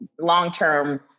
long-term